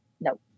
no